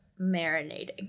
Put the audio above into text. marinating